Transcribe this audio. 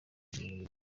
ibintu